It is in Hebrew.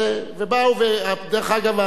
דרך אגב,